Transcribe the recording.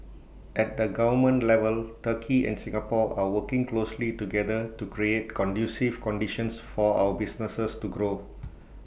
at the government level turkey and Singapore are working closely together to create conducive conditions for our businesses to grow